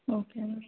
okay